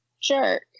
jerk